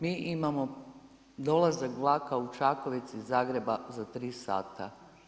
Mi imamo dolazak vlaka u Čakovec iz Zagreba za 3 sata.